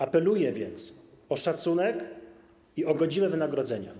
Apeluję więc o szacunek i o godziwe wynagrodzenia.